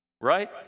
right